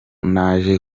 naje